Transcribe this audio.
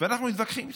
ואנחנו מתווכחים איתכם,